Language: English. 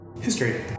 History